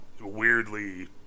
weirdly